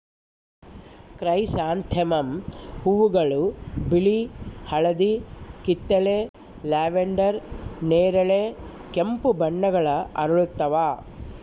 chrysanthemum ಹೂವುಗಳು ಬಿಳಿ ಹಳದಿ ಕಿತ್ತಳೆ ಲ್ಯಾವೆಂಡರ್ ನೇರಳೆ ಕೆಂಪು ಬಣ್ಣಗಳ ಅರಳುತ್ತವ